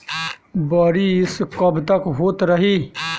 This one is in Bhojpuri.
बरिस कबतक होते रही?